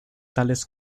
tales